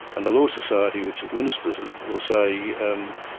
and the law society which administers it will say, and